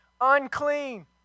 unclean